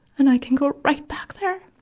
and i can go right back there.